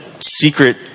secret